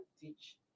teach